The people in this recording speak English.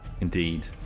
Indeed